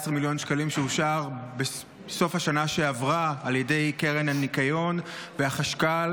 מיליון שקלים שאושרו בסוף השנה שעברה על ידי קרן הניקיון והחשכ"ל?